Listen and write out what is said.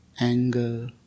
anger